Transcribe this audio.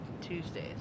Tuesdays